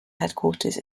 headquarters